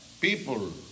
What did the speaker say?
People